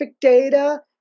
data